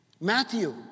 Matthew